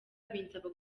binsaba